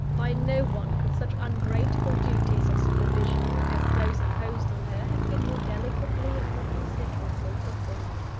by no one could such ungrateful duties of supervision as those imposed on her, have been more delicately and more considerately performed.